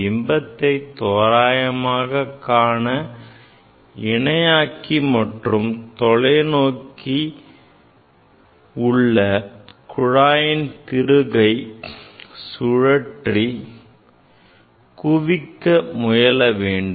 பிம்பத்தை தோராயமாக காண இணையாக்கி மற்றும் தொலைநோக்கியில் உள்ள குவிக்கும் திருகை சுழற்றி குவிக்க முயல வேண்டும்